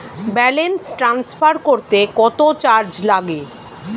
Balance transfer করতে কত charge লাগে?